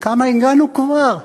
לכמה הגענו כבר?